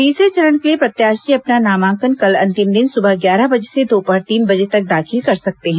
तीसरे चरण के लिए प्रत्याशी अपना नामांकन कल अंतिम दिन सुबह ग्यारह बजे से दोपहर तीन बजे तक दाखिल कर सकते हैं